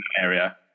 area